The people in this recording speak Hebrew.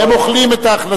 הם בדיאטה.